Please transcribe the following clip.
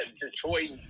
Detroit